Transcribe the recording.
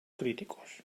críticos